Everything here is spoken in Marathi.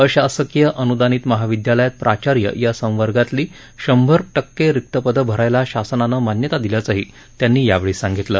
अशासकीय अनुदानित महाविद्यालयात प्राचार्य या संवर्गातली शंभर टक्के रिक्त पदं भरायला शासनानं मान्यता दिल्याचंही त्यांनी यावेळी सांगितलं